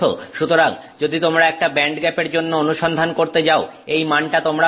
সুতরাং যদি তোমরা একটা ব্যান্ডগ্যাপের জন্য অনুসন্ধান করতে যাও এই মানটা তোমরা পাবে